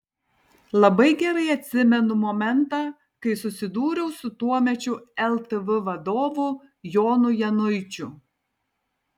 labai gerai atsimenu momentą kai susidūriau su tuomečiu ltv vadovu jonu januičiu